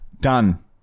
Done